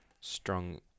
strong